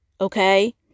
Okay